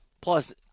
Plus